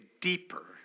deeper